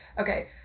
Okay